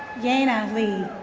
yena lee.